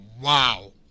wow